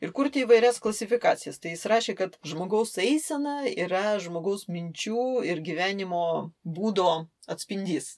ir kurti įvairias klasifikacijas tai jis rašė kad žmogaus eisena yra žmogaus minčių ir gyvenimo būdo atspindys